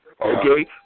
Okay